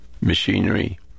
machinery